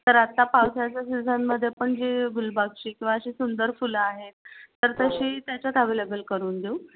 तर आता पावसाच्या सीझनमध्ये पण जे गुलबाक्षी किंवा अशी सुंदर फुलं आहेत तर तशी त्याच्यात अवेलेबल करून देऊ